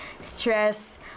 stress